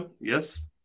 Yes